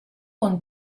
con